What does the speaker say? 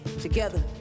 Together